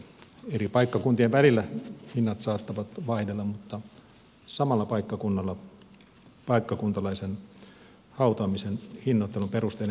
eri paikkakuntien välillä hinnat saattavat vaihdella mutta samalla paikkakunnalla paikkakuntalaisen hautaamisen hinnoittelun perusteiden pitää olla yhtäläiset